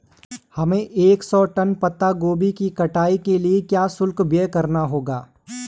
हमें एक सौ टन पत्ता गोभी की कटाई के लिए क्या शुल्क व्यय करना होगा?